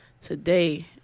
today